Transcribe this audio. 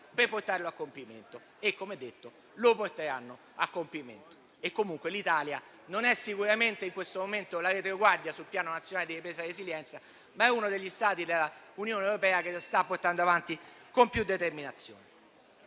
per portarlo a compimento e - come detto - riusciranno a farlo. In ogni caso, l'Italia non è di certo in questo momento la retroguardia sul Piano nazionale di ripresa e resilienza, ma è uno degli Stati dell'Unione europea che lo sta portando avanti con maggiore determinazione.